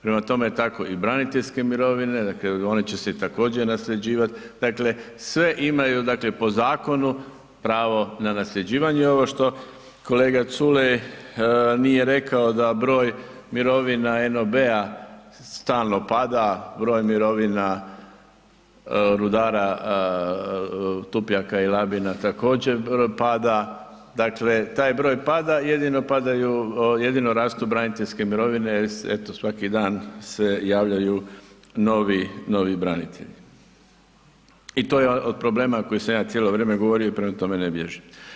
Prema tome, tako i braniteljske mirovine, dakle one će se također, nasljeđivati, dakle sve imaju po zakonu pravo na nasljeđivanje i ono što kolega Culej nije rekao da broj mirovina NOB-a stalno pada, broj mirovina rudara Tupljaka i Labina također, pada, dakle taj broj pada, jedino padaju, jedino rastu braniteljske mirovine, evo svaki dan se javljaju novi branitelji i to je od problema koji sam ja cijelo vrijeme govorio, prema tome ne bježim.